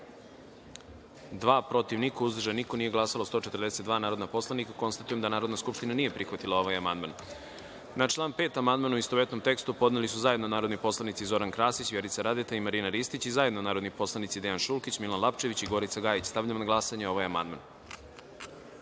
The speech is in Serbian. dva, protiv – niko, uzdržanih – nema, nisu glasala 142 narodna poslanika. Konstatujem da Narodna skupština nije prihvatila ovaj amandman. Na član 5. amandman u istovetnom tekstu podneli su zajedno narodni poslanik Zoran Krasić, Vjerica Radeta i Marina Ristić i zajedno narodni poslanici Dejan Šulkić, Milan Lapčević i Gorica Gajić. Stavljam na glasanje. Zaključujem